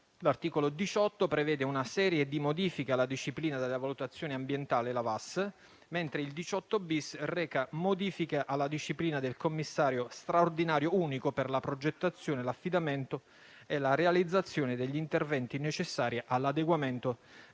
L'articolo 18 prevede una serie di modifiche alla disciplina della valutazione ambientale (VAS). L'articolo 18-*bis* reca modifiche alla disciplina del Commissario straordinario unico per la progettazione, l'affidamento e la realizzazione degli interventi necessari all'adeguamento dei